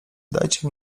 dajcie